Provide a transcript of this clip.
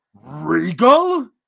Regal